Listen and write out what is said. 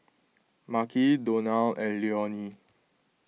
Marques Donal and Leonie